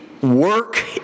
work